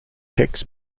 tex